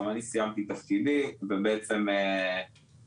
גם אני סיימתי את תפקידי ובעצם התזכיר